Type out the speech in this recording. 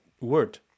word